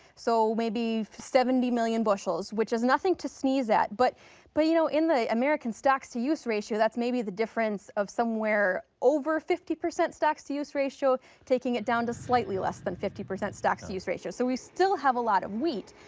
so maybe seventy million bushels, which is nothing to sneeze at. but but you know in the american stocks to use ratio that is maybe the difference of somewhere over fifty percent stocks to use ratio taking it down to slightly less than fifty percent stocks to use ratio. so we still have a lot of wheat.